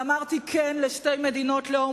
ואמרתי כן לשתי מדינות לאום,